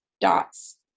dots